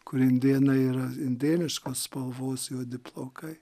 kur indėnai yra indėniškos spalvos juodi plaukai